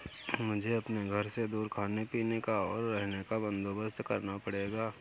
मुझे अपने घर से दूर खाने पीने का, और रहने का बंदोबस्त करना पड़ेगा